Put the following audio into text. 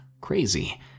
crazy